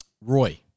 Roy